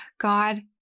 God